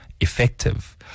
effective